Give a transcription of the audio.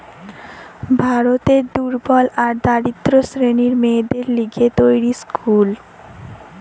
ভারতের দুর্বল আর দরিদ্র শ্রেণীর মেয়েদের লিগে তৈরী স্কুল